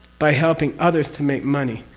by helping others to make money,